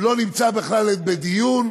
הוא לא נמצא בכלל בדיון.